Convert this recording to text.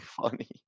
funny